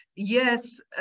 Yes